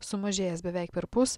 sumažėjęs beveik perpus